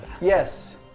Yes